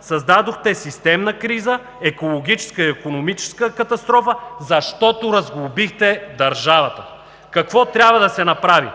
Създадохте системна криза, екологическа и икономическа катастрофа, защото разглобихте държавата. (Шум и реплики от ГЕРБ.) Какво трябва да се направи?